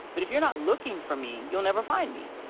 but if you're not looking for me, you'll never find me.